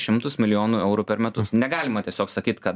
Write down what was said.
šimtus milijonų eurų per metus negalima tiesiog sakyt kad